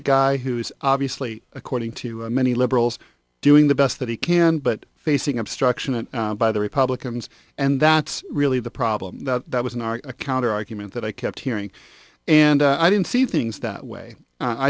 a guy who's obviously according to many liberals doing the best that he can but facing obstruction and by the republicans and that's really the problem that was in our a counter argument that i kept hearing and i didn't see things that way i